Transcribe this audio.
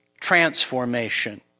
transformation